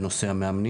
זה לקבוצה בליגת העל.